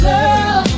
Girl